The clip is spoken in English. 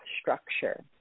structure